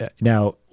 now